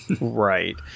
Right